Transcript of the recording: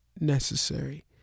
necessary